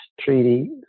treaty